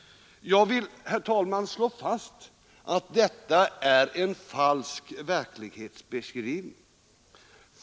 Jag vill, herr talman, slå fast att detta är en falsk verklighetsbeskrivning.